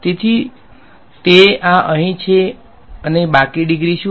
તેથી તે આ અહીં છે અને બાકી ડિગ્રી હશે